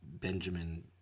Benjamin